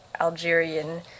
Algerian